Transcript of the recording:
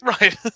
Right